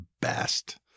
best